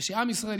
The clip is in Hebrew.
ושעם ישראל,